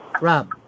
Rob